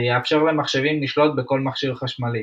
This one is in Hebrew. ויאפשר למחשבים לשלוט בכל מכשיר חשמלי.